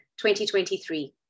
2023